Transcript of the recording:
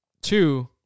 two